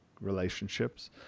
relationships